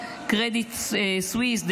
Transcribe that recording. Credit Suisse,